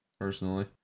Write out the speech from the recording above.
personally